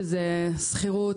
שזה שכירות,